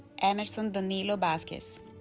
emerson danilo vasquez